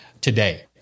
today